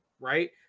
right